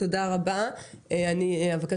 מרגע